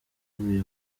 uvuye